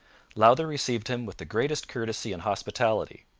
lowther received him with the greatest courtesy and hospitality,